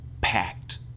packed